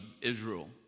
Israel